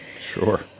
sure